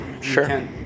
sure